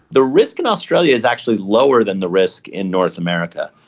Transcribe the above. the risk in australia is actually lower than the risk in north america.